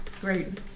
Great